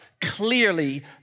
clearly